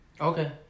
Okay